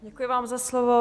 Děkuji vám za slovo.